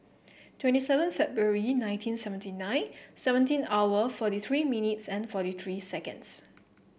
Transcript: twenty seven February nineteen seventy nine seventeen hour forty three minutes and forty three seconds